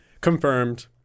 confirmed